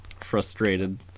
frustrated